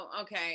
okay